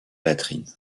latrines